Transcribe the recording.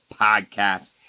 podcast